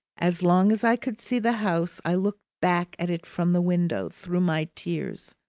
as long as i could see the house, i looked back at it from the window through my tears.